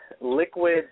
liquid